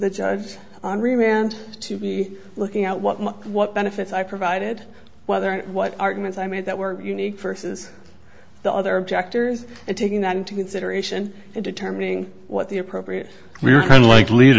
the judges on remand to be looking out what what benefits i provided whether what arguments i made that were unique versus the other objectors and taking that into consideration in determining what the appropriate we're kind of like lead